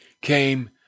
came